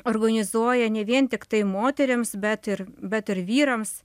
organizuoja ne vien tiktai moterims bet ir bet ir vyrams